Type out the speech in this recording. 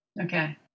okay